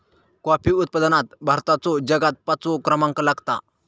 coffee उत्पादनात भारताचो जगात पाचवो क्रमांक लागता